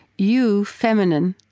you, feminine,